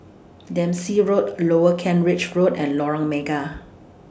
Dempsey Road Lower Kent Ridge Road and Lorong Mega